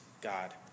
God